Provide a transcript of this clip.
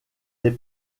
les